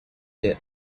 there